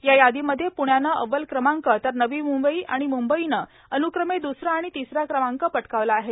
या यादीमध्ये पुण्यानं अव्वल क्रमांक तर नवी मुंबई आणि मुंबईनं अनुक्रमे दुसरा आणि तिसरा क्रमांक पटकावला आहे